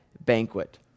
banquet